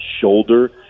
shoulder